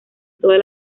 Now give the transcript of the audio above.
todas